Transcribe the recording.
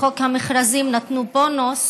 בחוק המכרזים נתנו בונוס